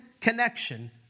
connection